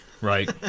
Right